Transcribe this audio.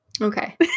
Okay